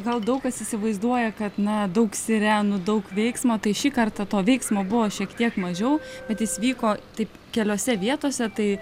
gal daug kas įsivaizduoja kad na daug sirenų daug veiksmo tai šį kartą to veiksmo buvo šiek tiek mažiau bet jis vyko taip keliose vietose tai